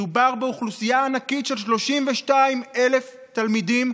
מדובר באוכלוסייה ענקית של 32,000 תלמידים,